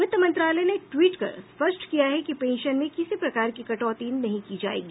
वित्त मंत्रालय ने ट्वीट कर स्पष्ट किया है कि पेंशन में किसी प्रकार की कटौती नहीं की जायेगी